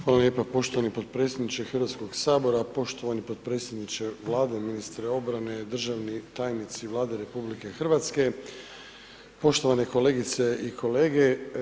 Hvala lijepa poštovani potpredsjedniče Hrvatskog sabora, poštovani potpredsjedniče Vlade, ministre obrane, državni tajnici Vlade RH, poštovane kolegice i kolege.